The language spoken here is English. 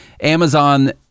Amazon